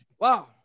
wow